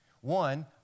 One